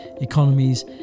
economies